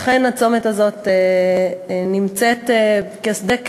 אכן הצומת הזה נמצא כשדה קטל.